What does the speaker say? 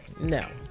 no